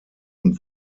und